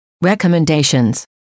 Recommendations